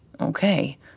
Okay